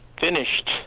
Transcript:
finished